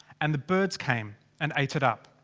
and the birds came and ate it up.